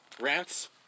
rants